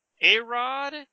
A-Rod